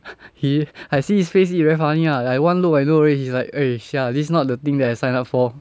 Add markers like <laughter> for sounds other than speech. <laughs> he I see his face eat very funny lah like one look I know already he's like eh sia lah this is not the thing that I signed up for